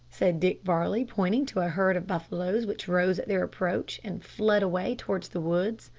said dick varley, pointing to a herd of buffaloes which rose at their approach, and fled away towards the wood.